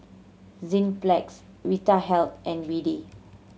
Enzyplex Vitahealth and B D